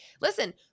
Listen